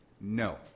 No